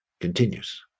continues